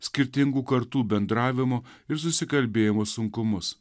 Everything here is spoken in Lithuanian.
skirtingų kartų bendravimo ir susikalbėjimo sunkumus